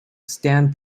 stand